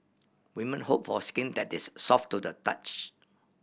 women hope for skin that is soft to the touch